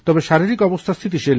তবে শারীরিক অবস্থা স্থিতিশীল